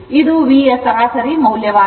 ಇದು V ಸರಾಸರಿ ಮೌಲ್ಯವಾಗಿದೆ